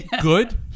good